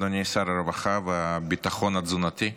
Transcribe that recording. אדוני שר הרווחה והביטחון התזונתי --- חברתי.